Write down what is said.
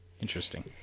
Interesting